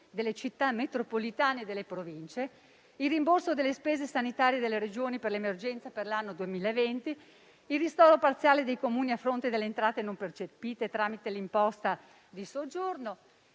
delle Città metropolitane e delle Province; il rimborso delle spese sanitarie delle Regioni per le emergenze per l'anno 2020; il ristoro parziale dei Comuni a fronte delle entrate non percepite tramite l'imposta di soggiorno.